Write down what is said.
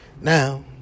Now